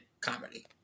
comedy